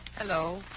Hello